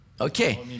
Okay